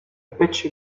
pitcher